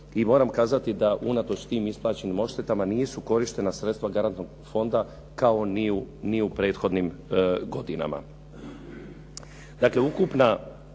i moram kazati da unatoč tim isplaćenim odštetama nisu korištena sredstva garantnog fonda kao ni u prethodnim godinama. Dakle, ukupna